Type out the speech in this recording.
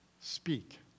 speak